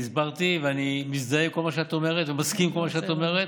הסברתי ואני מזדהה עם כל מה שאת אומרת ומסכים עם כל מה שאת אומרת.